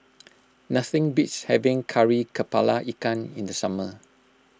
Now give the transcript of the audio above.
nothing beats having Kari Kepala Ikan in the summer